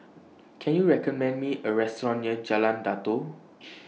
Can YOU recommend Me A Restaurant near Jalan Datoh